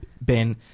Ben